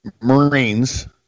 Marines